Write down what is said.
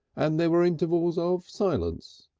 and there were intervals of silence.